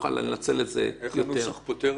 הייתי מוכן ללכת מאוד רחוק עם ההארכות על-ידי בעלי התפקידים,